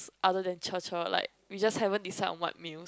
other than like we just haven't decide on what meals